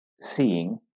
seeing